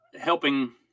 helping